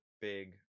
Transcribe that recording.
Big